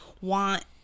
want